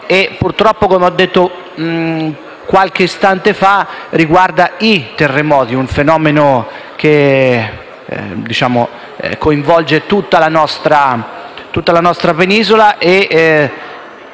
Purtroppo, come ho detto qualche istante fa, questo tema riguarda i terremoti, un fenomeno che coinvolge tutta la nostra penisola